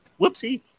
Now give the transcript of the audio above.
Whoopsie